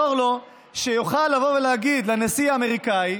שיוכל לבוא ולהגיד לנשיא האמריקני: